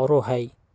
आउरो हइ